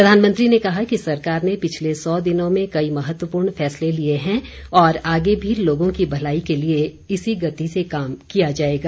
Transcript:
प्रधानमंत्री ने कहा कि सरकार ने पिछले सौ दिनों में कई महत्वपूर्ण फैसले लिये हैं और आगे भी लोगों की भलाई के लिए इसी गति से काम किया जाएगा